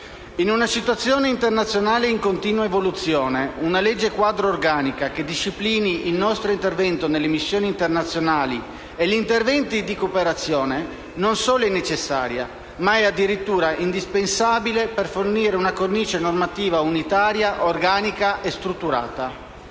In una situazione internazionale in continua evoluzione, una legge quadro organica che disciplini il nostro intervento nelle missioni internazionali e gli interventi di cooperazione, non solo è necessaria ma è, addirittura, indispensabile per fornire una cornice normativa unitaria, organica e strutturata.